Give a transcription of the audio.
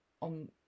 on